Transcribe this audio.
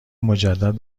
مجدد